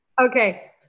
Okay